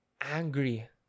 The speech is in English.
angry